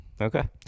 Okay